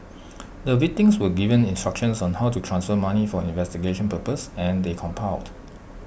the victims were given instructions on how to transfer money for investigation purposes and they complied